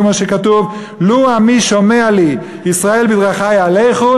כמו שכתוב: "לו עמי שמע לי ישראל בדרכי יהלכו"